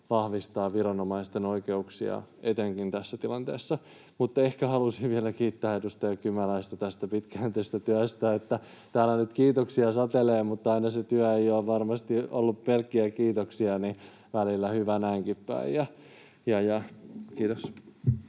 vahvistaa viranomaisten oikeuksia etenkin tässä tilanteessa. Mutta ehkä haluaisin vielä kiittää edustaja Kymäläistä tästä pitkäjänteisestä työstä. Täällä nyt kiitoksia satelee, mutta aina se työ ei ole varmasti ollut pelkkiä kiitoksia, niin että välillä hyvä näinkin päin. — Kiitos.